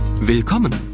Willkommen